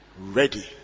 ready